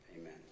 Amen